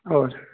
ٲٹھ شیٚتھ